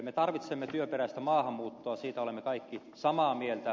me tarvitsemme työperäistä maahanmuuttoa siitä olemme kaikki samaa mieltä